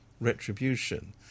retribution